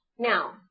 Now